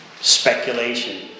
speculation